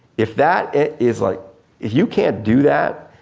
if that is like, if you can't do that,